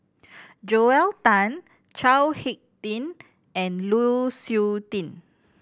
Joel Tan Chao Hick Tin and Lu Suitin